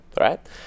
right